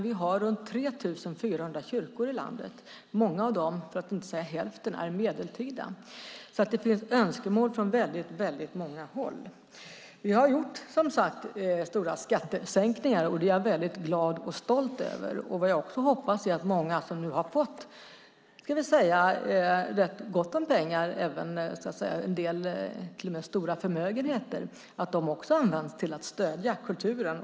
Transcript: Vi har runt 3 400 kyrkor i landet. Många av dem, för att inte säga hälften, är medeltida. Det finns alltså önskemål från många håll. Vi har som sagt gjort stora skattesänkningar, och det är jag glad och stolt över. Jag hoppas att många som nu har fått rätt gott om pengar - en del till och med stora förmögenheter - också använder dem till att stödja kulturen.